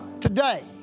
today